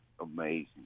amazing